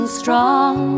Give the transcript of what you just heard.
strong